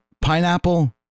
Pineapple